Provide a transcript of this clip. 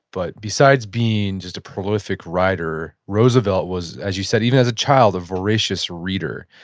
but besides being just a prolific writer, roosevelt was, as you said, even as a child, a voracious reader.